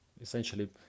essentially